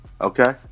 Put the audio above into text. Okay